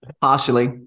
Partially